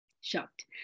shocked